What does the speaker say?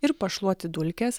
ir pašluoti dulkes